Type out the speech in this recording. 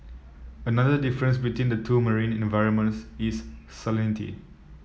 another difference between the two marine environments is salinity